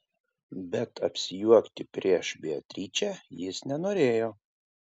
bet apsijuokti prieš beatričę jis nenorėjo